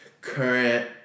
current